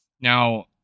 Now